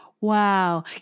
Wow